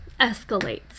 escalates